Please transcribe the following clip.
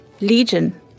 Legion